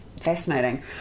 fascinating